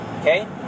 okay